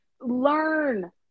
learn